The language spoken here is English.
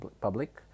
public